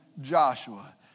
Joshua